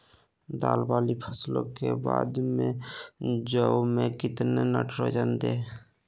दाल वाली फसलों के बाद में जौ में कितनी नाइट्रोजन दें?